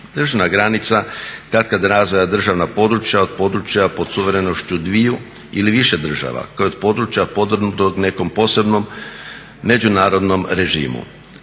Državna granica kad kad razdvaja državna područja od područja pod suverenošću dviju ili više država, kao i od područja podvrgnutom nekom posebnom međunarodnom režimu.